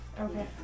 Okay